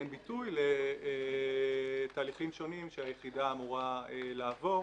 ביטוי לתהליכים שונים שהיחידה אמורה לעבור